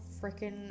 freaking